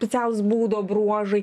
specialūs būdo bruožai